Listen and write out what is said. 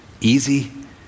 easy